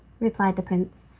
replied the prince,